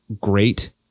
great